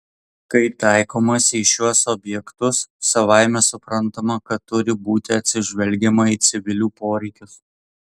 kai taikomasi į šiuos objektus savaime suprantama kad turi būti atsižvelgiama į civilių poreikius